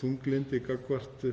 þunglyndi gagnvart